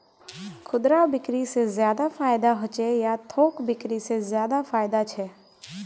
खुदरा बिक्री से ज्यादा फायदा होचे या थोक बिक्री से ज्यादा फायदा छे?